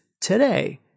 today